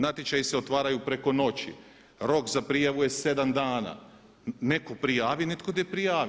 Natječaji se otvaraju preko noći, rok za prijavu je 7 dana, netko prijavi, netko ne prijavi.